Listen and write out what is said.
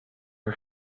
are